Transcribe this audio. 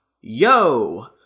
Yo